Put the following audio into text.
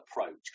approach